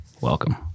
welcome